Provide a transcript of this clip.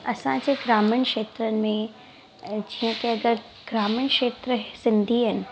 असांजे ग्रामीण क्षेत्रनि में जीअं की अगरि ग्रामीण क्षेत्र सिंधी आहिनि